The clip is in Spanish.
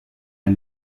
del